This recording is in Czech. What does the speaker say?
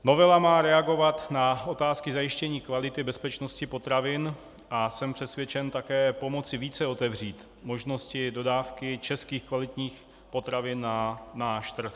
Novela má reagovat na otázky zajištění kvality a bezpečnosti potravin, a jsem přesvědčen, také pomoci otevřít možnosti dodávky českých kvalitních potravin na náš trh.